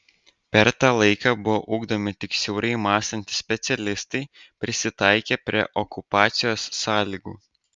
per tą laiką buvo ugdomi tik siaurai mąstantys specialistai prisitaikę prie okupacijos sąlygų